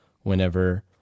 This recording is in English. whenever